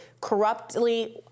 corruptly